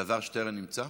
אלעזר שטרן נמצא?